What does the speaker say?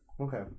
Okay